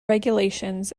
regulations